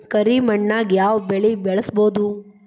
ಕರಿ ಮಣ್ಣಾಗ್ ಯಾವ್ ಬೆಳಿ ಬೆಳ್ಸಬೋದು?